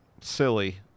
silly